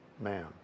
man